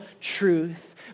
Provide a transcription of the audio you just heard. truth